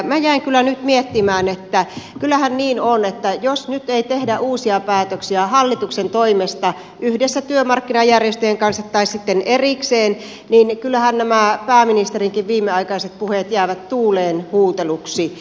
minä jäin kyllä nyt miettimään että kyllähän niin on että jos nyt ei tehdä uusia päätöksiä hallituksen toimesta yhdessä työmarkkinajärjestöjen kanssa tai sitten erikseen niin kyllähän nämä pääministerinkin viimeaikaiset puheet jäävät tuuleen huuteluksi